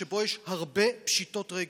שבו יש הרבה פשיטות רגל?